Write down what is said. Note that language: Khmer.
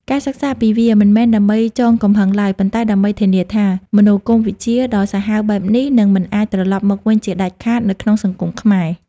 ការសិក្សាពីវា មិនមែនដើម្បីចងកំហឹងឡើយ ប៉ុន្តែដើម្បីធានាថា មនោគមវិជ្ជាដ៏សាហាវបែបនេះ នឹងមិនអាចត្រលប់មកវិញជាដាច់ខាតនៅក្នុងសង្គមខ្មែរ។